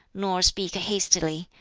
nor speak hastily,